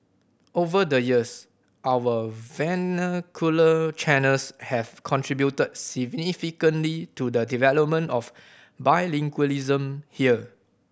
over the years our vernacular channels have contributed significantly to the development of bilingualism here